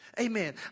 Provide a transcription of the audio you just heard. Amen